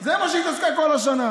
זה מה שהיא התעסקה כל השנה.